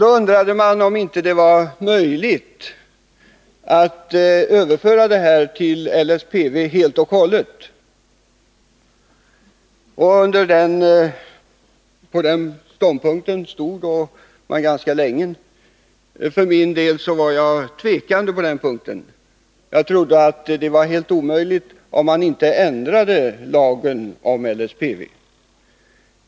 Då undrade man om det inte var möjligt att låta all intagning ske enligt LSPV, och på den ståndpunkten stod man kvar ganska länge. För min del var jag tveksam på den punkten — jag trodde att det var helt omöjligt, om man inte ändrade LSPV.